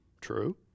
True